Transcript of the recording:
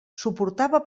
suportava